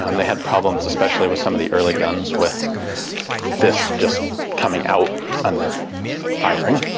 um they had problems, especially with some of the early guns, with this just coming out under firing.